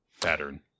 pattern